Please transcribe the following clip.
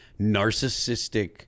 narcissistic